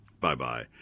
Bye-bye